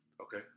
Okay